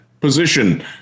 position